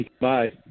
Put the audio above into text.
Bye